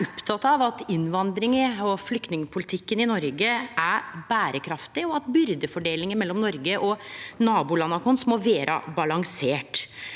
er opptekne av at innvandringa og flyktningpolitikken i Noreg er berekraftig, og at byrdefordelinga mellom Noreg og nabolanda våre må vere balansert.